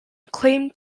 claimed